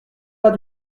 pas